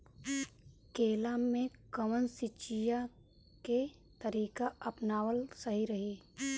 केला में कवन सिचीया के तरिका अपनावल सही रही?